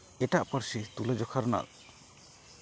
ᱮᱴᱟᱜ ᱯᱟᱹᱨᱥᱤ ᱛᱩᱞᱟᱹᱡᱚᱠᱷᱟ ᱨᱮᱱᱟᱜ